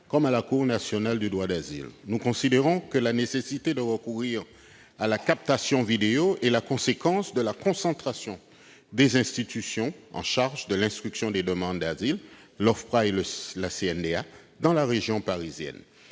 comme à la Cour nationale du droit d'asile. À nos yeux, la nécessité de recourir à la captation vidéo est la conséquence de la concentration des institutions chargées de l'instruction des demandes d'asile, à savoir l'OFPRA et la CNDA, dans la région parisienne.